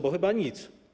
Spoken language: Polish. Bo chyba nic.